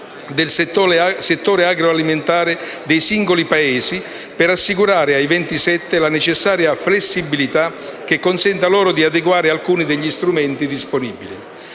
del settore agroalimentare dei singoli Paesi, per assicurare ai 27 la necessaria flessibilità che consenta loro di adeguare alcuni degli strumenti disponibili.